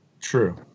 True